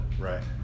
right